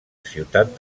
ciutat